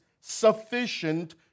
sufficient